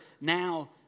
now